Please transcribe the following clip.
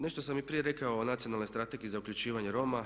Nešto sam i prije rekao o Nacionalnoj strategiji za uključivanje Roma.